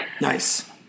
Nice